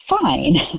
fine